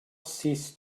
cease